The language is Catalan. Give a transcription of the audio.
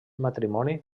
matrimoni